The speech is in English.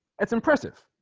it's impressive